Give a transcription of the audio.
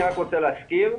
אני רוצה להזכיר,